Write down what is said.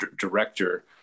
director